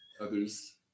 others